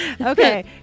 Okay